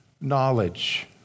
knowledge